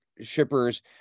shippers